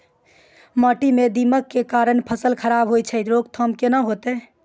माटी म दीमक के कारण फसल खराब होय छै, रोकथाम केना होतै?